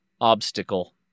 obstacle